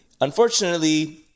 unfortunately